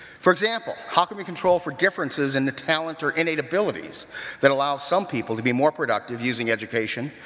for example, how can you control for differences in the talent or innate abilities that allow some people to be more productive using education,